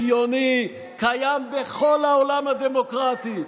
הגיוני, קיים בכל העולם הדמוקרטי.